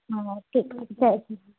हा ठीकु आहे जय झूले